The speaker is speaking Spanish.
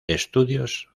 estudios